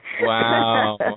Wow